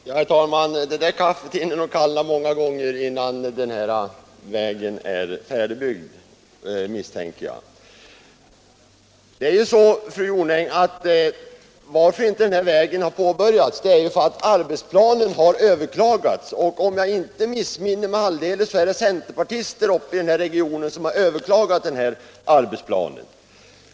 Herr talman! Det där kaffet hinner nog kallna många gånger innan vägen är färdigbyggd, misstänker jag. Anledningen till att vägen inte har påbörjats är, fru Jonäng, att arbetsplanen har överklagats, och om jag inte missminner mig alldeles är det centerpartister i regionen som har gjort det.